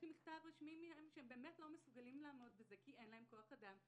יש לי מכתב רשמי מהם שהם באמת לא מסוגלים לעמוד בזה כי אין להם כוח אדם,